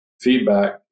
feedback